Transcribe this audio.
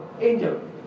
angel